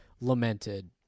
lamented